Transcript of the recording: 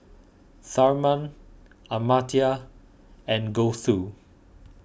Tharman Amartya and Gouthu